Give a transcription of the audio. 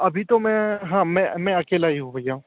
अभी तो मैं हाँ मैं मैं अकेला ही हूँ भैया